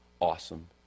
awesome